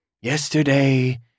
Yesterday